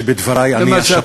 אני מקווה שבדברי אני אשפר,